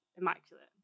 immaculate